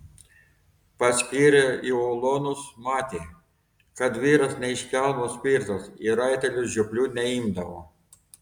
paskyrė į ulonus matė kad vyras ne iš kelmo spirtas į raitelius žioplių neimdavo